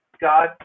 God